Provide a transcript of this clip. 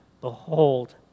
Behold